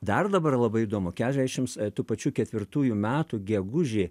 dar dabar labai įdomu keturiasdešim tų pačių ketvirtųjų metų gegužę